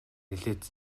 нэлээд